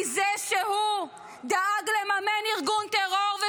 מזה שהוא דאג לממן ארגון טרור -- צריך לסיים,